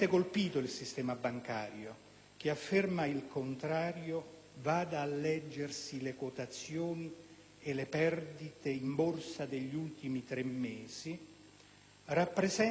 (chi afferma il contrario vada a leggersi le quotazioni e le perdite in Borsa degli ultimi tre mesi), rappresenta una misura premiale